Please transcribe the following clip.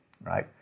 right